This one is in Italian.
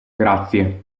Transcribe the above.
grazie